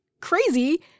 crazy